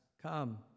Come